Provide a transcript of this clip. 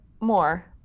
more